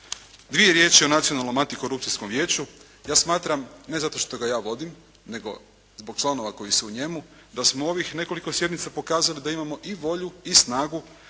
Dvije riječi o nacionalnom antikorupcijskom vijeću. Ja smatram ne zato što ga ja vodim nego zbog članova koji su u njemu, da smo ovih nekoliko sjednica pokazali da imamo i volju i snagu